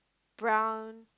brown